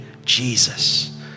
Jesus